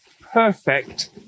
perfect